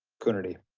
coonerty.